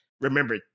remember